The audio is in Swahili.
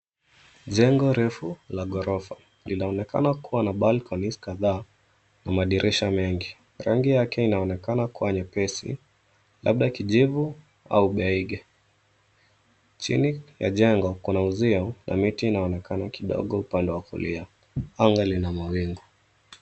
Jengo refu la gorofa linaonekana kuwa na balconies kadhaa na madirisha mengi. Rangi yake inaonekana kuwa nyepesi labda kijivu au beige . Chini ya jengo kuna uzio na miti inaonekana kidogo upande wa kulia. Anga lina mawingu.